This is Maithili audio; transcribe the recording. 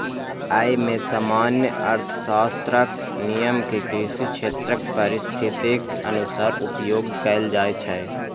अय मे सामान्य अर्थशास्त्रक नियम कें कृषि क्षेत्रक परिस्थितिक अनुसार उपयोग कैल जाइ छै